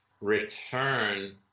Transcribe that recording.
return